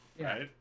right